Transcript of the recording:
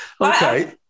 okay